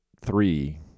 three